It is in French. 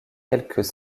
quelques